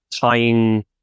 tying